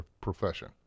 profession